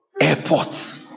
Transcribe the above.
Airport